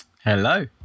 Hello